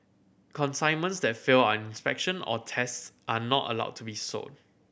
consignments that fail and inspection or tests are not allowed to be sold